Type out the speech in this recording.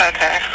Okay